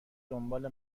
دنبال